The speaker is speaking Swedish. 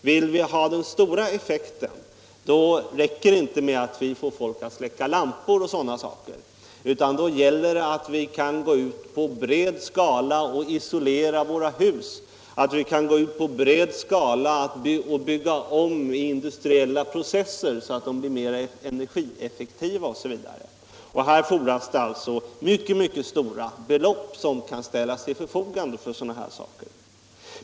Vill vi ha en verkligt stor effekt räcker det inte att vi får folk att släcka lampor och sådant, utan då måste vi vidta åtgärder på bred skala — isolera våra hus, bygga om industriella processer så att de blir mer energieffektiva osv. För detta måste mycket stora belopp ställas till förfogande.